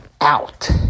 out